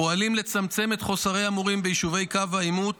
פועלים לצמצם את חוסרי המורים ביישובי קו העימות